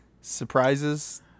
surprises